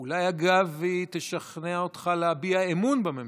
אולי, אגב, היא תשכנע אותך להביע אמון בממשלה.